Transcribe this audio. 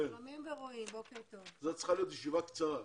זו צריכה להיות ישיבה קצרה,